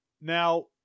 now